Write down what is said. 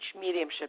mediumship